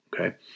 Okay